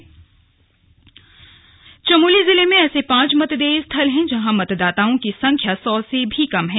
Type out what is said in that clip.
मतदाता संख्या चमोली चमोली जिले में ऐसे पांच मतदेय स्थल हैं जहां मतदाताओं की संख्या सौ से भी कम है